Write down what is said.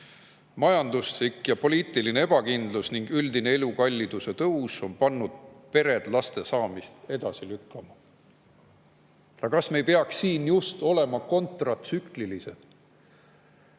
Majanduslik ja poliitiline ebakindlus ning üldine elukalliduse tõus on pannud pered laste saamist edasi lükkama. Kas me ei peaks just nüüd olema kontratsüklilised,